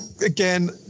Again